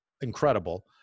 incredible